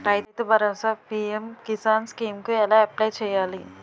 రైతు భరోసా PM Kisan scheme కు ఎలా అప్లయ్ చేయాలి?